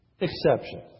exception